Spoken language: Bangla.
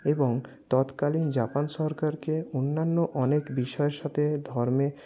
এবং তৎকালীন জাপান সরকারকে অন্যান্য অনেক বিষয়ের সথে ধর্মের